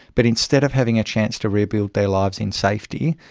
but instead of having a chance to rebuild their lives in safety,